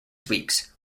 weeks